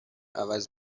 عوض